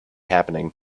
happening